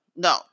No